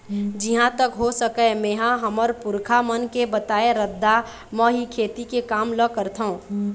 जिहाँ तक हो सकय मेंहा हमर पुरखा मन के बताए रद्दा म ही खेती के काम ल करथँव